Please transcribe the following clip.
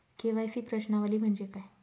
KYC प्रश्नावली म्हणजे काय?